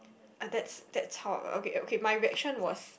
uh that's that's how uh okay okay my reaction was